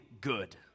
good